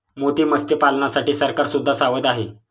मोती मत्स्यपालनासाठी सरकार सुद्धा सावध आहे